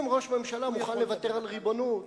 אם ראש ממשלה מוכן לוותר על ריבונות,